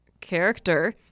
character